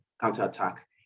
counter-attack